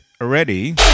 ready